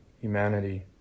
humanity